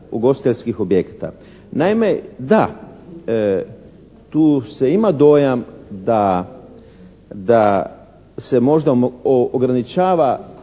ugostiteljskih objekata. Naime, da, tu se ima dojam da se možda ograničava